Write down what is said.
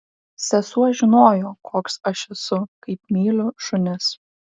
sesuo žinojo koks aš esu kaip myliu šunis